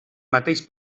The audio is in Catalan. mateix